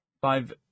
Five